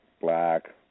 black